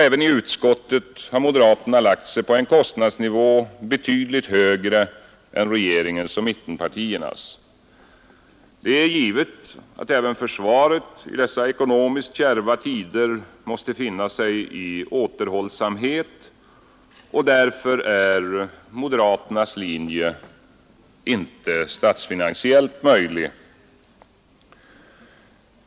Även i utskottet har moderaterna lagt sig på en kostnadsnivå betydligt högre än regeringens och mittenpartiernas. Det är givet att även försvaret i dessa ekonomiskt kärva tider måste finna sig i återhållsamhet, och därför är moderaternas linje inte statsfinansiellt möjlig.